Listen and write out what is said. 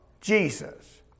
Jesus